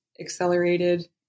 accelerated